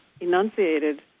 enunciated